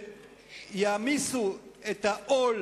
ויעמיסו את העול